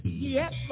yes